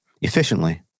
efficiently